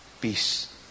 Peace